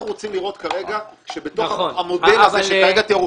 אנחנו רוצים לראות כרגע שבתוך המודל הזה, זה קיים.